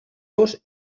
los